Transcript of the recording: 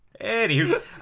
Anywho